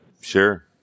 Sure